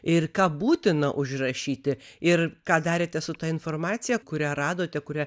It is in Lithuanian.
ir ką būtina užrašyti ir ką darėte su ta informacija kurią radote kurią